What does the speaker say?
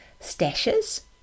stashes